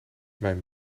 mijn